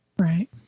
Right